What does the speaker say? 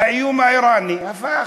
האיום האיראני הפך,